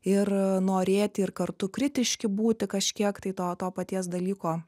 ir norėti ir kartu kritiški būti kažkiek tai to to paties dalyko